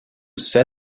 set